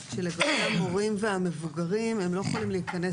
מורים והמבוגרים הם לא יכולים להיכנס